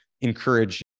encourage